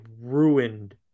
ruined